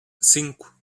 cinco